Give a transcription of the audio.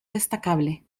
destacable